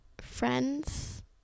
friends